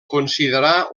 considerà